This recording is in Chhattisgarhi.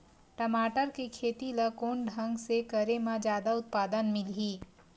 टमाटर के खेती ला कोन ढंग से करे म जादा उत्पादन मिलही?